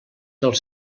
dels